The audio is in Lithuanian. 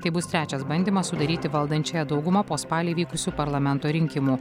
tai bus trečias bandymas sudaryti valdančiąją daugumą po spalį vykusių parlamento rinkimų